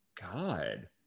God